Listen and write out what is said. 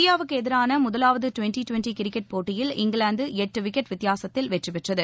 இந்தியாவுக்கு எதிரான முதலாவது டுவெண்டி டுவெண்டி கிரிக்கெட் போட்டியில் இங்கிலாந்து எட்டு விக்கெட் வித்தியாசத்தில் வெற்றிபெற்றது